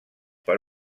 per